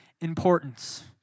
importance